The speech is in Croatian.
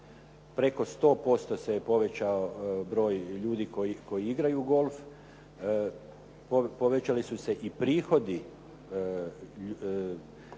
Preko 100% se povećao broj ljudi koji igraju golf. Povećali su se i prihodi na